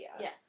Yes